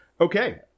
Okay